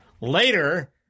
later